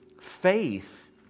faith